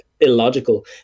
illogical